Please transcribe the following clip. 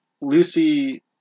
Lucy